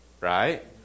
right